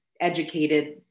educated